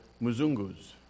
Muzungus